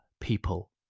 people